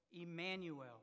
Emmanuel